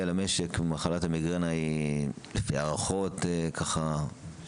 על המשק ממחלת המיגרנה הוא לפי ההערכות ככה,